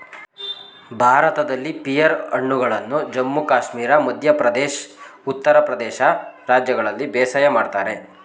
ಭಾರತದಲ್ಲಿ ಪಿಯರ್ ಹಣ್ಣುಗಳನ್ನು ಜಮ್ಮು ಕಾಶ್ಮೀರ ಮಧ್ಯ ಪ್ರದೇಶ್ ಉತ್ತರ ಪ್ರದೇಶ ರಾಜ್ಯಗಳಲ್ಲಿ ಬೇಸಾಯ ಮಾಡ್ತರೆ